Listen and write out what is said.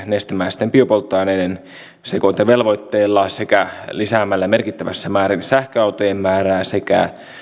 nestemäisten biopolttoaineiden sekoitevelvoitteella sekä lisäämällä merkittävässä määrin sähköautojen määrää sekä